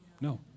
No